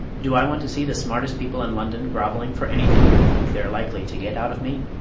do i want to see the smartest people in london grovelling for anything they think they're likely to get out of me?